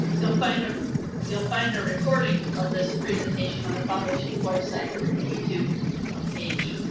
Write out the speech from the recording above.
you'll find ah you'll find a recording of this presentation on the foundation's website and youtube page.